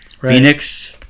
Phoenix